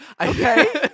okay